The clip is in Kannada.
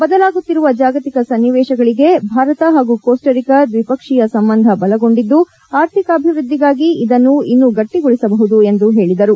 ಬದಲಾಗುತ್ತಿರುವ ಜಾಗತಿಕ ಸನ್ನಿವೇಶಗಳಿಗೆ ಭಾರತ ಹಾಗೂ ಕೋಸ್ಟರಿಕಾ ದ್ವಿಪಕ್ಷೀಯ ಸಂಬಂಧ ಬಲಗೊಂಡಿದ್ದು ಆರ್ಥಿಕಾಭಿವೃದ್ಧಿಗಾಗಿ ಇದನ್ನು ಇನ್ನು ಗಟ್ಟಗೊಳಿಸಬಹುದು ಎಂದು ಹೇಳಿದರು